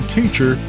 teacher